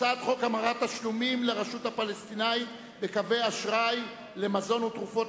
הצעת חוק המרת תשלומים לרשות הפלסטינית בקווי אשראי למזון ותרופות,